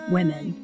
Women